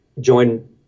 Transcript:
join